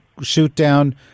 shootdown